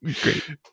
great